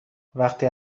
وقتی